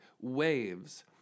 waves